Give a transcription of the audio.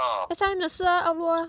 S_I_M 的是 ah outlook ah